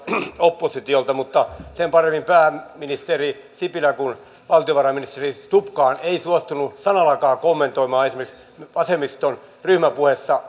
oppositiolta mutta sen paremmin pääministeri sipilä kuin valtiovarainministeri stubbkaan ei suostunut sanallakaan kommentoimaan esimerkiksi vasemmiston ryhmäpuheessa